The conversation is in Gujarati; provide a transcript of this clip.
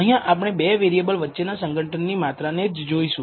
અહીંયા પણ આપણે 2 વેરિએબલ વચ્ચેના સંગઠનની માત્રા ને જ જોઈશું